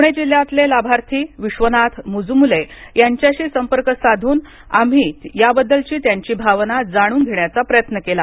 पुणे जिल्ह्यातले लाभार्थी विश्वनाथ मुजमुले यांच्याशी संपर्क साधून आम्ही याबद्दलची त्यांची भावना जाणून घेण्याचा प्रयत्न केला